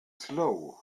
slow